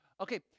Okay